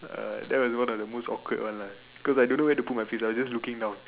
that was one of the most awkward one lah cause I don't know where to put my face I was just looking down